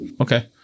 Okay